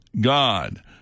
God